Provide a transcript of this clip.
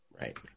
Right